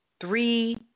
Three